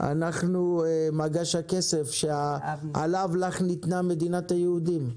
אנחנו מגש הכסף שעליו לך ניתנה מדינת היהודים.